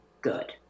good